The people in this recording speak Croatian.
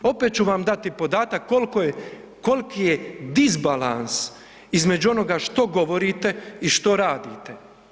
Opet ću vam dati podatak koliki je disbalans između onoga što govorite i što radite.